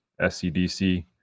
SCDC